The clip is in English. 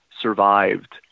survived